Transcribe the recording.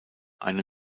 eine